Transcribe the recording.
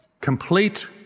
complete